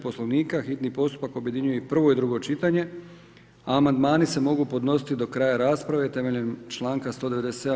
Poslovnika hitni postupak objedinjuje prvo i drugo čitanje, a amandmani se mogu podnositi do kraja rasprave temeljem članka 197.